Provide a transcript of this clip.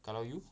kalau you